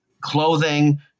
clothing